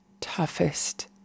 toughest